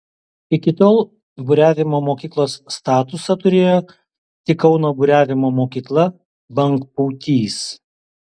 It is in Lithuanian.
iki tol buriavimo mokyklos statusą turėjo tik kauno buriavimo mokykla bangpūtys